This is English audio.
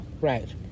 Right